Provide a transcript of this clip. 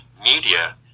media